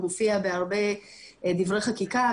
הוא מופיע בהרבה דברי חקיקה,